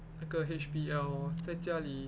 那个 H_B_L lor 在家里